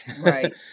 right